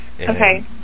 Okay